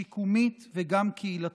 שיקומית וגם קהילתית.